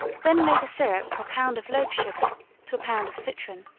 then make a syrup of a pound of loaf-sugar to a pound of citron,